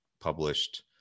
published